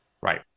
Right